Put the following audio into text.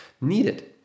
needed